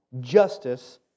justice